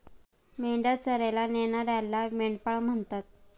मेंढ्या चरायला नेणाऱ्याला मेंढपाळ म्हणतात